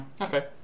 Okay